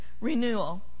renewal